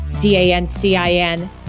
D-A-N-C-I-N